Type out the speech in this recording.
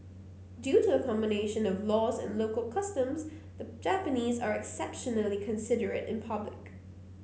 due to a combination of laws and local customs the Japanese are exceptionally considerate in public